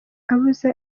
abuza